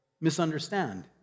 misunderstand